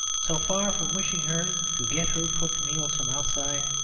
so far from wishing her to get her cooked meals from outside,